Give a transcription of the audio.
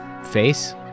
face